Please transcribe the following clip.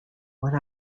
one